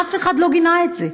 אף אחד לא גינה את זה,